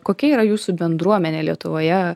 kokia yra jūsų bendruomenė lietuvoje